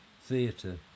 Theatre